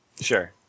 Sure